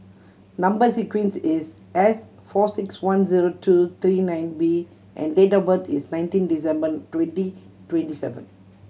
number sequence is S four six one zero two three nine B and date of birth is nineteen December twenty twenty seven